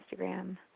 Instagram